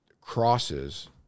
crosses